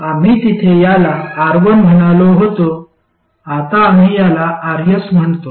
आम्ही तिथे याला R1 म्हणालो होतो आता आम्ही याला Rs म्हणतो